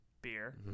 beer